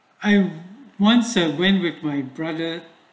I once I going with my brother